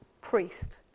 priest